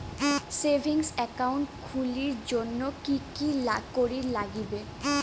Savings account খুলির জন্যে কি কি করির নাগিবে?